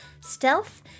stealth